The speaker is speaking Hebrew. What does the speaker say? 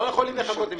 המסמוס הזה.